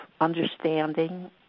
understanding